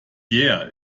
peer